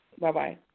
Bye-bye